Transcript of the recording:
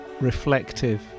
reflective